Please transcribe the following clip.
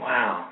Wow